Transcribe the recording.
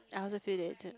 I also feel that